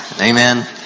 Amen